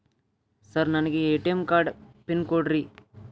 Sir ನನಗೆ ATM card pin ಕೊಡ್ರಿ?